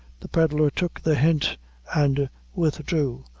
the pedlar took the hint and withdrew,